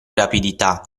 rapidità